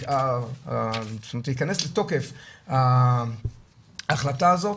זאת אומרת, תכנס לתוקף ההחלטה הזו,